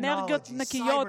אנרגיה נקייה,